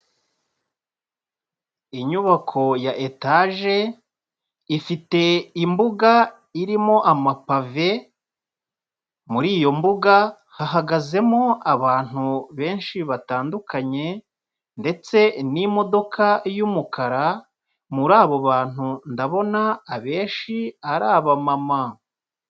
Inyubako ya etage, ifite imbuga irimo amapave, muri iyo mbuga hahagazemo abantu benshi batandukanye ndetse n'imodoka y'umukara, muri abo bantu ndabona abenshi ari abamama.